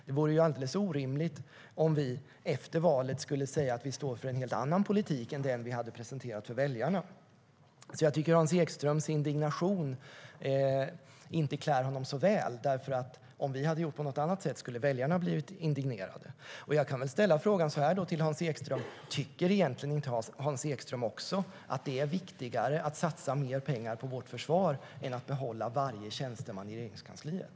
Det vore orimligt om vi efter valet skulle säga att vi står för en helt annan politik än den vi presenterade för väljarna. Hans Ekströms indignation klär honom därför inte så väl, för om vi hade gjort på något annat sätt hade väljarna blivit indignerade.